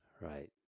right